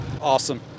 Awesome